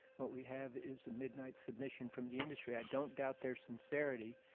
what we have is a midnight submission from the industry. i don't doubt their sincerity,